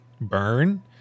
burn